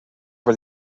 for